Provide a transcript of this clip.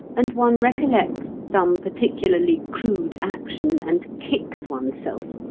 and one recollects some particularly crude action, and kicks one's self.